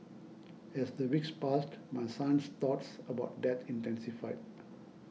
as the weeks passed my son's thoughts about death intensified